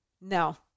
No